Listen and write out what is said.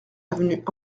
avenue